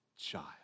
child